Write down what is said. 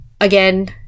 again